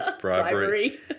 Bribery